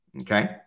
Okay